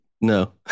no